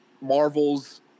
Marvel's